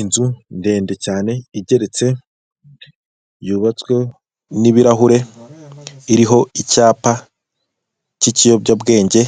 Inzu ndende cyane igeretse yubatswe n'ibirahure, iriho icyapa cy'ikiyobyabwenge,